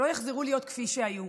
שלא יחזרו להיות כפי שהיו.